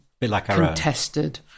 contested